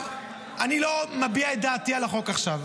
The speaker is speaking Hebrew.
--- אני לא מביע את דעתי על החוק עכשיו.